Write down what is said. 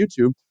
YouTube